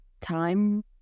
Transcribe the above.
time